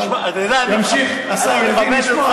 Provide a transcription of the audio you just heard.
אבל ימשיך השר לוין,